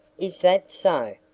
is that so?